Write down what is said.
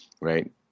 right